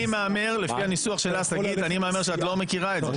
אני מהמר שאת לא מכירה את זה.